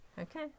Okay